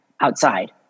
outside